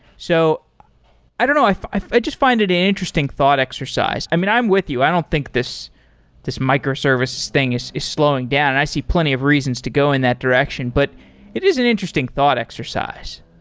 so i don't know. i i just find it an interesting thought exercise. i mean, i'm with you. i don't think this this microservices thing is is slowing down, and i see plenty of reasons to go in that direction. but it is an interesting thought exercise.